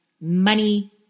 money